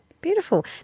Beautiful